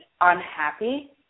unhappy